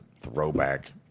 throwback